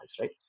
right